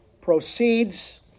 proceeds